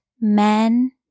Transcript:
men